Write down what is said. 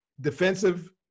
defensive